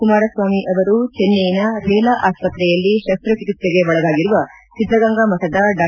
ಕುಮಾರಸ್ವಾಮಿ ಅವರು ಚೆನ್ನೈಸ ರೇಲಾ ಆಸ್ಪತ್ತೆಯಲ್ಲಿ ಕಸ್ತಚಿಕಿತ್ಸೆಗೆ ಒಳಗಾಗಿರುವ ಸಿದ್ದಗಂಗಾ ಮಠದ ಡಾ